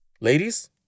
ladies